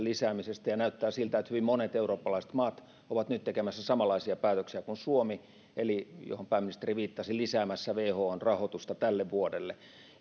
lisäämisestä ja näyttää siltä että hyvin monet eurooppalaiset maat ovat nyt tekemässä samanlaisia päätöksiä kuin suomi eli mihin pääministeri viittasi lisäämässä whon rahoitusta tälle vuodelle